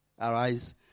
Arise